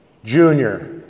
junior